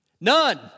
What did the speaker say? None